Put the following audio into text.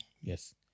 Yes